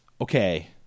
Okay